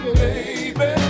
baby